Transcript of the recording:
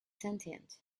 sentient